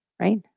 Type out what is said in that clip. right